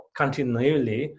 continually